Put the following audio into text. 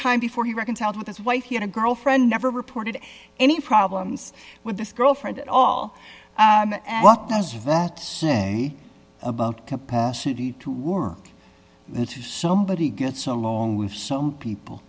time before he reckons out of his wife he had a girlfriend never reported any problems with this girlfriend at all and what does that say about capacity to work into somebody gets along with some people